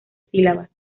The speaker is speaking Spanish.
sílabas